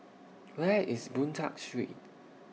Where IS Boon Tat Street